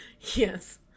Yes